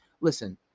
listen